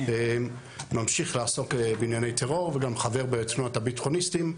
ממשיך לעשות בעניין טרור וגם חבר בתנועת ה"ביטחוניסטים",